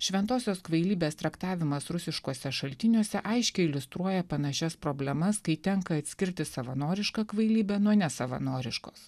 šventosios kvailybės traktavimas rusiškuose šaltiniuose aiškiai iliustruoja panašias problemas kai tenka atskirti savanorišką kvailybę nuo nesavanoriškos